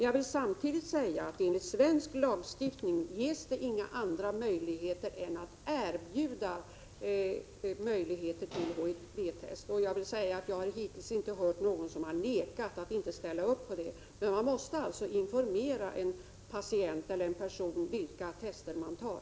Jag vill samtidigt säga att det enligt svensk lagstiftning inte ges några andra möjligheter än att erbjuda möjligheter till HIV-test. Jag har hittills inte hört någon som har vägrat att ställa upp på det. Men man måste informera en person om vilka test man gör.